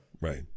Right